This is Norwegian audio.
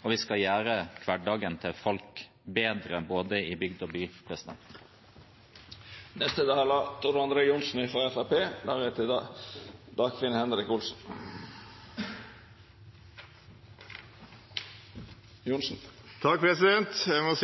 og vi skal gjøre hverdagen til folk bedre, både i bygd og by. Jeg må si